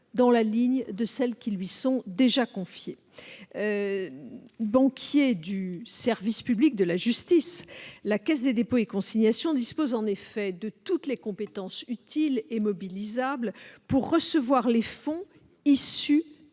dans la ligne de celles qui lui sont déjà confiées. Banquier du service public de la justice, la Caisse des dépôts et consignations dispose en effet de toutes les compétences utiles et mobilisables pour recevoir les fonds issus